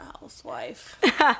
housewife